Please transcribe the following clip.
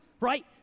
right